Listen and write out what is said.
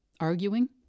arguing